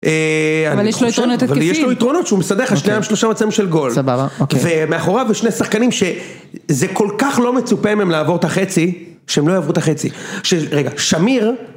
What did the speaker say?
אבל יש לו יתרונות התקפיים. אבל יש לו יתרונות שהוא מסדר לך שניים שלושה מצבים של גול. סבבה, אוקיי. ומאחוריו יש שני שחקנים שזה כל כך לא מצופה מהם לעבור את החצי, שהם לא יעברו את החצי. רגע, שמיר.